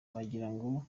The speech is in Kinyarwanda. wagirango